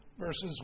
Verses